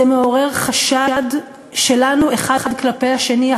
זה מעורר חשד שלנו האחד כלפי השני,